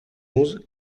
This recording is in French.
onze